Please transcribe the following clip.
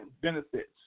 benefits